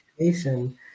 education